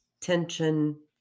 tension